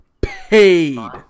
paid